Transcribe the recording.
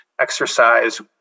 exercise